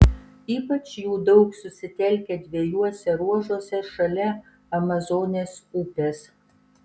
ypač jų daug susitelkę dviejuose ruožuose šalia amazonės upės